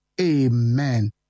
Amen